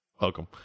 Welcome